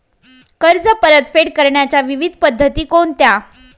कर्ज परतफेड करण्याच्या विविध पद्धती कोणत्या?